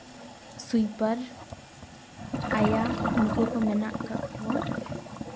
ᱥᱩᱭᱯᱟᱨ ᱟᱭᱟ ᱱᱩᱠᱩ ᱠᱚ ᱢᱮᱱᱟᱜ ᱟᱠᱟᱫ ᱠᱚᱣᱟ